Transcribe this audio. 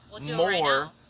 more